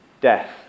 Death